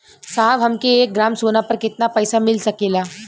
साहब हमके एक ग्रामसोना पर कितना पइसा मिल सकेला?